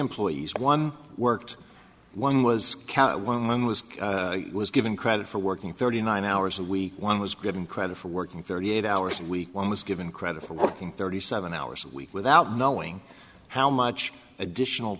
employees one worked one was count one was was given credit for working thirty nine hours a week one was given credit for working thirty eight hours in week one was given credit for working thirty seven hours a week without knowing how much additional